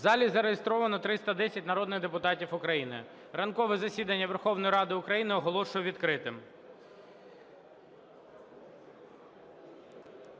В залі зареєстровано 310 народних депутатів України. Ранкове засідання Верховної Ради України оголошую відкритим.